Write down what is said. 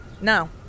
no